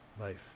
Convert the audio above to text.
life